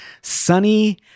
sunny